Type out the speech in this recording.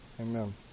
amen